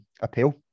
appeal